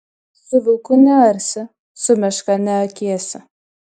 su vilku nearsi su meška neakėsi